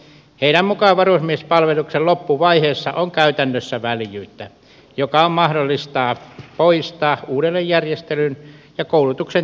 heidän mukaansa varusmiespalveluksen loppuvaiheessa on käytännössä väljyyttä joka on mahdollista poistaa uudelleenjärjestelyn ja koulutuksen tiivistämisen kautta